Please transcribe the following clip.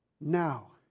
now